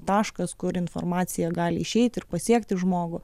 taškas kur informacija gali išeiti ir pasiekti žmogų